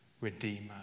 Redeemer